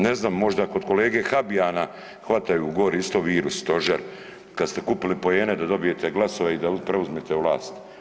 Ne znam možda kod kolege Habijana hvataju gore isto virus Stožer kad ste kupili poene da dobijete glasove i preuzmete vlast.